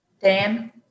Dan